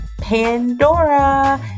Pandora